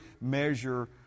measure